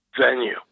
venue